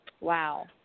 Wow